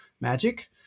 magic